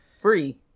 free